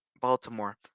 Baltimore